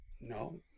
No